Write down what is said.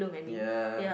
ya